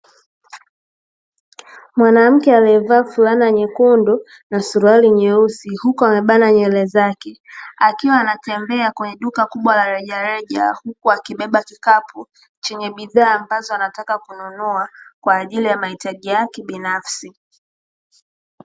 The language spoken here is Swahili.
Mwanamke amevaa flana nyekundu na suluali nyeusi, huku alibana nywere zake, akiwa anatembea kwenye duka kubwa la rejareja akibeba kikapu chenye bidhaa ambazo anataka kununua Kwa ajili ya mahitaji yake binafsi.